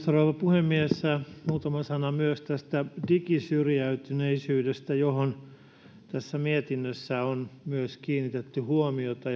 rouva puhemies muutama sana myös digisyrjäytyneisyydestä johon tässä mietinnössä on myös kiinnitetty huomiota